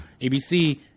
ABC